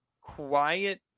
quiet